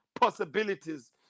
possibilities